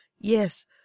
Yes